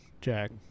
Jack